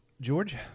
George